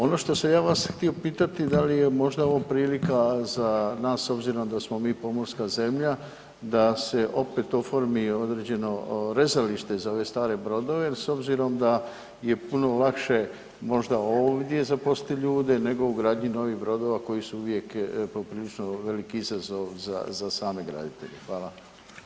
Ono što sam ja vas htio pitati da li je možda ovo prilika za nas obzirom da smo mi pomorska zemlja, da se opet oformi određeno rezalište za ove stare brodove s obzirom da je puno lakše možda ovdje zaposliti ljude, nego u gradnji novih brodova koji su uvijek poprilično velik izazov za same graditelje.